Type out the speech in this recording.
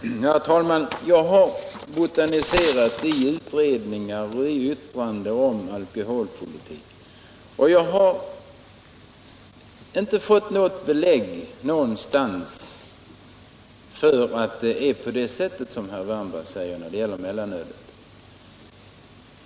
Herr talman! Jag har botaniserat i utredningar och yttranden om alkoholpolitiken. Jag har inte någonstans fått något belägg för att det är som herr Wärnberg säger när det gäller mellanölet.